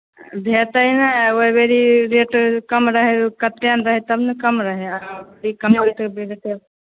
भेटै नैहि हइ ओहि बेरी रेट कम रहै र कतेक ने रहै तब ने कम रहै आ ऐबेरी कम्मे होलै तऽ एहि बेर जे छै